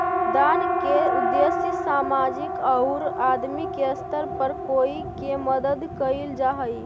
दान के उद्देश्य सामाजिक औउर आदमी के स्तर पर कोई के मदद कईल जा हई